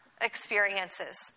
experiences